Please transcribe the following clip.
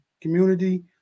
Community